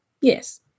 Yes